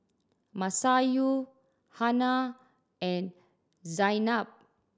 Masayu Hana and Zaynab